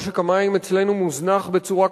משק המים אצלנו מוזנח בצורה קשה.